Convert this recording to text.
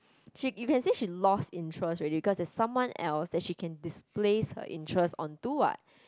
she you can see she lost interest already because there's someone else that she can displace her interest onto what